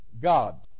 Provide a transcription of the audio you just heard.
God